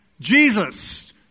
Jesus